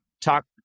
talk